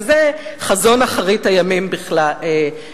שזה חזון אחרית הימים לחלוטין.